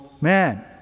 man